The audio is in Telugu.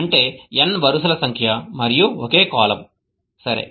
అంటే n వరుసల సంఖ్య మరియు ఒకే కాలమ్ సరే